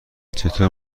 چطور